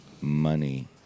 money